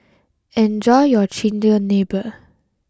enjoy your Chigenabe